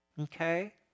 Okay